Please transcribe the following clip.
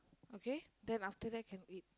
okay then after that can eat